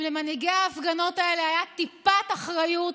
אם למנהיגי ההפגנות האלה הייתה טיפת אחריות,